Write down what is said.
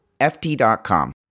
FT.com